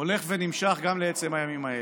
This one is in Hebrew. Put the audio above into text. הולך ונמשך גם בעצם הימים האלה.